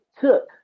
took